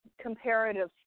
comparative